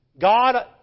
God